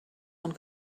one